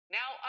Now